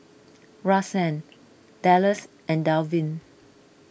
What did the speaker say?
Rahsaan Dallas and Dalvin